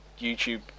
YouTube